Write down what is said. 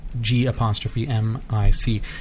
G-apostrophe-M-I-C